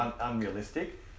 unrealistic